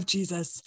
Jesus